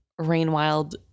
Rainwild